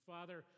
Father